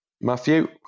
Matthew